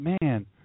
man